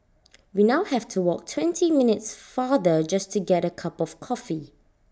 we now have to walk twenty minutes farther just to get A cup of coffee